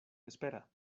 espera